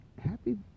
happy